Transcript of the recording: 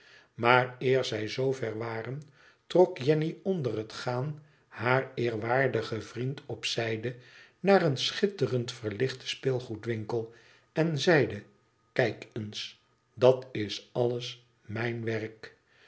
maar eer zij zoo ver waren trok jenny onder het gaan haar eer waardigen vriend op zijde naar een schitterend verlichten speelgoedwinkel en zeide tkijk eens dat is alles mijn werk